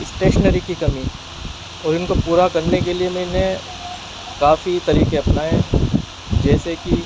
stationery کی کمی اور ان کو پورا کرنے کے لیے میں نے کافی طریقے اپنائے جیسے کہ